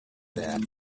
that